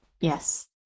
Yes